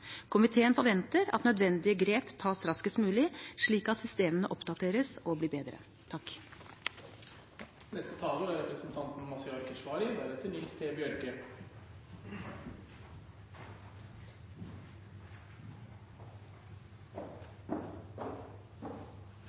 Komiteen forventer at nødvendige grep tas raskest mulig, slik at systemene oppdateres og blir bedre.